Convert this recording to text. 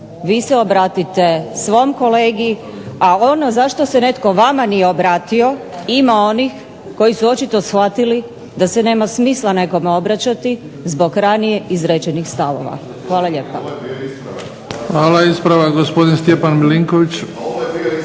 vi se obratite svom kolegi, a ono zašto se netko vama nije obratio ima onih koji su očito shvatili da se nema smisla nekome obraćati zbog ranije izrečenih stavova. Hvala lijepa.